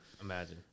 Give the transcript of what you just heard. Imagine